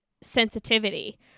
sensitivity